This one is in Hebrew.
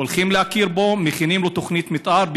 הולכים להכיר בו, מכינים לו תוכנית מתאר.